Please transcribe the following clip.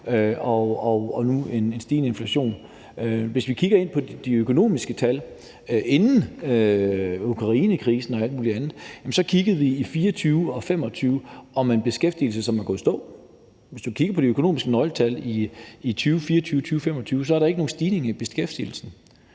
og nu en stigende inflation? Hvis vi kigger på de økonomiske tal inden krisen i Ukraine og alt muligt andet, ser man for 2024 og 2025 en beskæftigelse, som er gået i stå. Hvis man kigger på de økonomiske nøgletal for 2024 og 2025, vil man se, at der ikke er nogen stigning i beskæftigelsen.